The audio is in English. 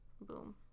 boom